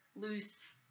loose